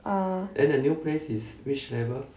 uh